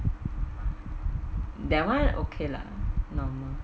that one okay lah normal